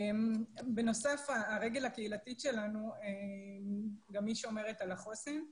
בנוסף הרגל הקהילתית שלנו, גם היא שומרת על החוסן.